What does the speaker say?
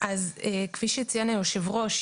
אז כפי שציין יושב הראש,